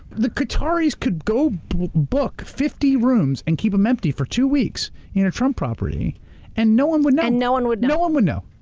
the qataris could go book fifty rooms and keep them empty for two weeks in a trump property and no one would know. and no one would know. no one would know.